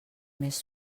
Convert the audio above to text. més